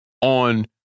on